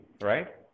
right